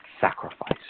sacrifice